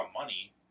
money